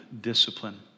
discipline